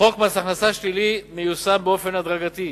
חוק מס הכנסה שלילי מיושם באופן הדרגתי,